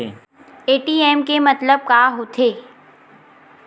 ATM के मतलब का होथे?